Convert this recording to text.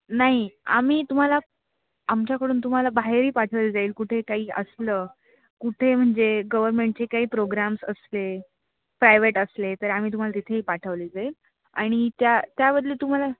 नाही आम्ही तुम्हाला आमच्याकडून तुम्हाला बाहेरही पाठवले जाईल कुठे काही असलं कुठे म्हणजे गवर्मेंटचे काही प्रोग्राम्स असले प्रायवेट असले तर आम्ही तुम्हाला तिथेही पाठवले जाईल आणि त्या त्याबदली तुम्हाला